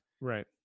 Right